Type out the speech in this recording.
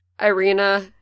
Irina